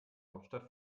hauptstadt